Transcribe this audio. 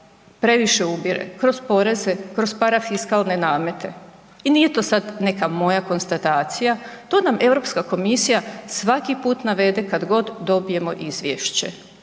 previše ubire kroz poreze, kroz parafiskalne namete i nije to sad neka moja konstatacija, to nam Europska komisija svaki put navede kad god dobijemo izvješće.